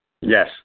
Yes